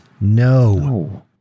no